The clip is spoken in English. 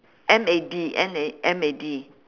M A D M A M A D